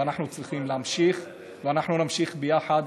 ואנחנו צריכים להמשיך, ואנחנו נמשיך ביחד.